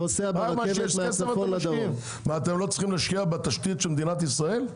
אתם לא צריכים להשקיע בתשתית של מדינת ישראל?